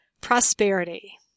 prosperity